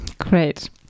Great